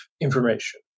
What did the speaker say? information